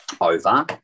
over